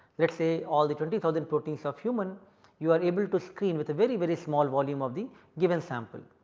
let us say all the twenty thousand proteins of human you are able to screen with a very very small volume of the given sample.